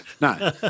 no